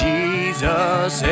Jesus